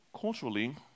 Culturally